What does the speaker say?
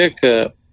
pickup